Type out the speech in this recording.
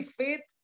faith